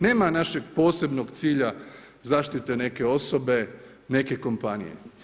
Nema našeg posebnog cilja zaštite neke osobe, neke kompanije.